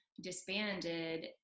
disbanded